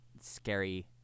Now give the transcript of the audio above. scary